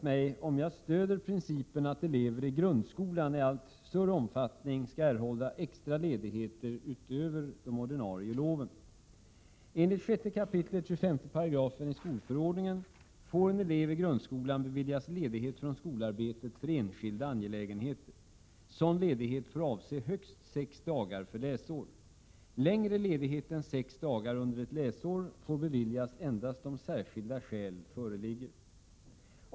Herr talman! Alf Wennerfors har frågat mig om jag stödjer principen att elever i grundskolan i allt större omfattning skall erhålla extra ledigheter utöver de ordinarie loven.